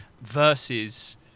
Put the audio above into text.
versus